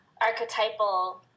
archetypal